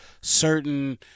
certain